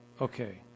Okay